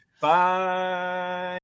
bye